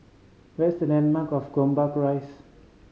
where is the landmark of Gombak Rise